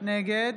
נגד